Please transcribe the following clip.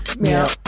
Meow